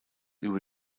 über